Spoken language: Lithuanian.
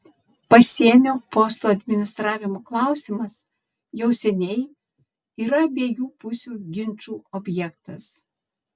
pasienio postų administravimo klausimas jau seniai yra abiejų pusių ginčų objektas